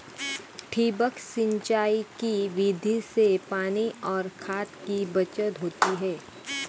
ठिबक सिंचाई की विधि से पानी और खाद की बचत होती है